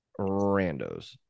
Randos